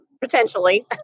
potentially